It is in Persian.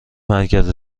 مرکز